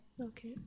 okay